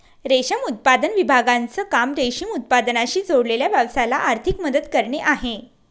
रेशम उत्पादन विभागाचं काम रेशीम उत्पादनाशी जोडलेल्या व्यवसायाला आर्थिक मदत करणे आहे